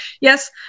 Yes